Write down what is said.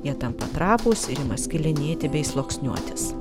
jie tampa trapūs ir ima skilinėti bei sluoksniuotis